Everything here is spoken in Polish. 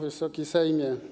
Wysoki Sejmie!